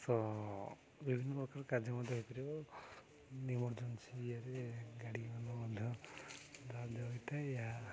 ତ ବିଭିନ୍ନ ପ୍ରକାର କାର୍ଯ୍ୟ ମଧ୍ୟ ହେଇପାରିବ ଇମର୍ଜେନ୍ସି ଇଏରେ ଗାଡ଼ିବାହନ ମଧ୍ୟ ହୋଇଥାଏ ଏହା